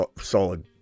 solid